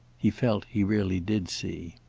he felt he really did see.